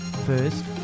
First